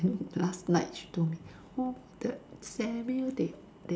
then last night she told me oh the Samuel they they